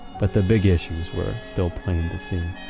but the big issues were still plain to see